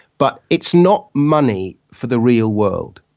but it's not money for the real world,